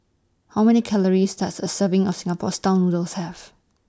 How Many Calories Does A Serving of Singapore Style Noodles Have